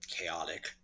chaotic